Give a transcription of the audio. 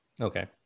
Okay